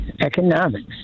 economics